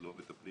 לא מטפלים